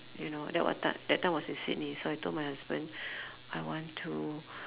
you know that were time that time was in Sydney so I told my husband I want to